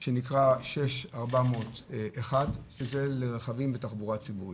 שנקרא 6400-1 שזה לרכבים בתחבורה ציבורית.